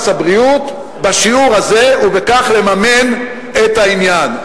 הבריאות בשיעור הזה ובכך לממן את העניין?